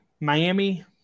Miami